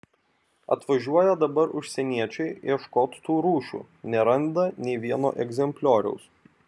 atvažiuoja dabar užsieniečiai ieškot tų rūšių neranda nei vieno egzemplioriaus